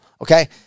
Okay